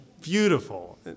beautiful